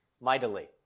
mightily